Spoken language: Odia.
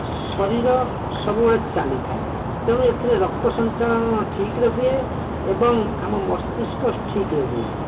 ଶରୀର ସବୁବେଳେ ଚାଲିଥାଏ ତେଣୁ ଏଥିରେ ରକ୍ତ ସଂଚାଳନ ଠିକ୍ରେ ହୁଏ ଏବଂ ମସ୍ତିଷ୍କ ଠିକ୍ରେ ରୁହେ